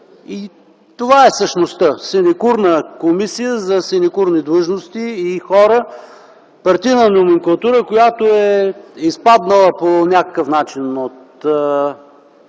това е същността – синекурна комисия за синекурни длъжности и хора, партийна номенклатура, изпаднали по някакъв начин